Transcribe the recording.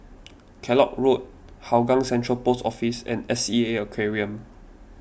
Kellock Road Hougang Central Post Office and S E A Aquarium